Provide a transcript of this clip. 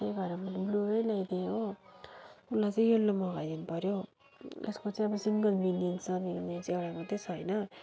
त्यही भएर मैले ब्लु नै ल्याइदिएँ हो उसलाई चाहिँ यल्लो मगाइदिनु पर्यो हौ यसको चाहिँ अब सिङ्गल मिन्यन्स छ मिन्यन्स चाहिँ एउटा मात्रै छ होइन